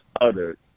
uttered